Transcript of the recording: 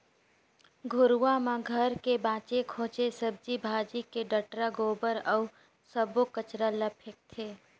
घुरूवा म घर के बाचे खुचे सब्जी भाजी के डठरा, गोबर अउ सब्बो कचरा ल फेकथें